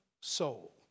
soul